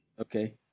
Okay